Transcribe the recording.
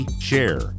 share